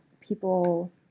people